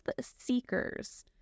seekers